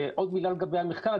עוד מלה לגבי המחקר.